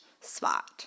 spot